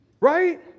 Right